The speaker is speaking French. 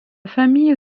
famille